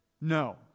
No